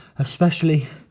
especially,